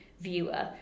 viewer